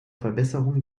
verbesserung